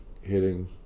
hitting